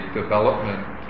development